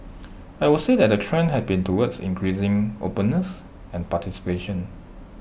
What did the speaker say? I would say that the trend has been towards increasing openness and participation